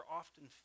often